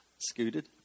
Scooted